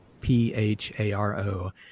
P-H-A-R-O